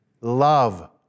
Love